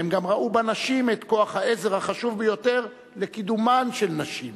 הן גם ראו בנשים את כוח העזר החשוב ביותר לקידומן של נשים.